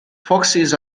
foxes